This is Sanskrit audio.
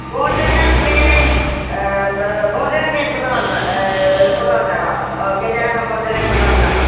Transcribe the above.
भोजनं ते भोजनं ते कृतवन्त कृतवन्तः गजः भोजनं कृतवन्तः